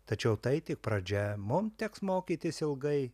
tačiau tai tik pradžia mum teks mokytis ilgai